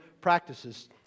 practices